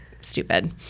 stupid